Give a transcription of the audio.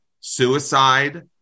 suicide